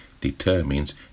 determines